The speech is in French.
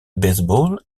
baseball